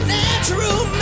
natural